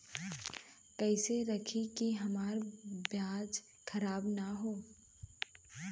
कइसे रखी कि हमार प्याज खराब न हो?